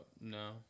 no